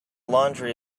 laundry